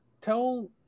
tell